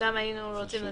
על